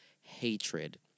hatred